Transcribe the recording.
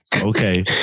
Okay